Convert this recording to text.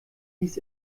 hieß